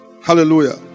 hallelujah